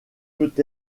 peut